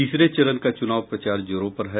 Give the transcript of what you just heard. तीसरे चरण का चुनाव प्रचार जोरों पर है